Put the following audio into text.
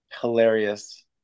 hilarious